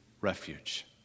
refuge